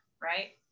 right